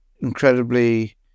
incredibly